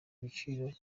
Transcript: ibiciro